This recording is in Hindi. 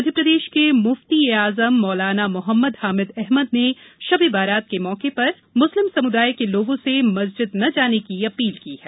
मध्यप्रदेश के मुफ्ती ए आजम मौलाना मोहम्मद हामिद अहमद ने शबे बारात के मौके पर मुस्लिम समुदाय के लोगों से मस्जिद न जाने की अपील की है